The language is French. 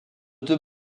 deux